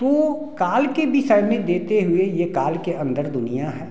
तो काल के विषय में देते हुए यह काल के अंदर दुनिया है